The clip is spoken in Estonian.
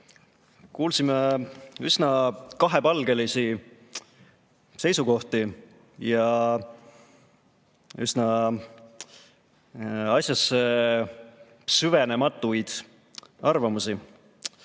Kuulsime üsna kahepalgelisi seisukohti ja üsna asjasse süvenematuid arvamusi.